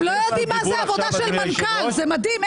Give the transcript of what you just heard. הם לא יודעים מה זה עבודה של מנכ"ל, זה מדהים.